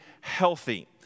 healthy